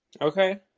Okay